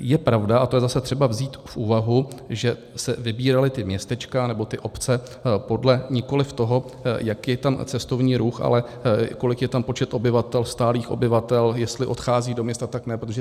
Je pravda, a to je zase třeba vzít v úvahu, že se vybírala ta městečka nebo obce podle nikoliv toho, jaký je tam cestovní ruch, ale kolik je tam počet obyvatel, stálých obyvatel, jestli odchází do města, tak ne.